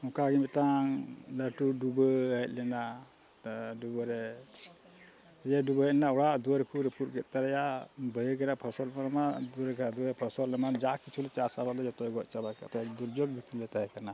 ᱱᱚᱝᱠᱟ ᱜᱮ ᱢᱤᱫᱴᱟᱝ ᱞᱟᱹᱴᱩ ᱰᱩᱵᱟᱹ ᱦᱮᱡ ᱞᱮᱱᱟ ᱛᱚ ᱰᱩᱵᱟᱹᱨᱮ ᱡᱮ ᱰᱩᱵᱟᱹ ᱦᱮᱡ ᱞᱮᱱᱟ ᱚᱲᱟᱜ ᱫᱩᱣᱟᱹᱨ ᱠᱚ ᱨᱟᱯᱩᱫ ᱮ ᱨᱟᱹᱯᱩᱫ ᱠᱮᱫ ᱛᱟᱞᱮᱭᱟ ᱵᱟᱹᱭᱦᱟᱹᱲ ᱨᱮᱱᱟᱜ ᱯᱷᱚᱥᱚᱞ ᱠᱚᱨᱮᱢᱟ ᱫᱩᱣᱟᱹᱨ ᱫᱩᱣᱟᱹᱨ ᱯᱷᱚᱥᱚᱞ ᱮᱢᱟᱱ ᱡᱟ ᱠᱤᱪᱷᱩ ᱞᱮ ᱪᱟᱥ ᱟᱵᱟᱫᱽ ᱞᱮᱫᱟ ᱡᱷᱚᱛᱚᱭ ᱜᱚᱡ ᱪᱟᱵᱟ ᱠᱮᱫᱟ ᱫᱩᱨᱡᱳᱠ ᱜᱮᱠᱚ ᱢᱮᱛᱟᱭ ᱠᱟᱱᱟ